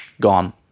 gone